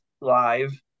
live